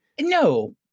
no